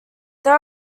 there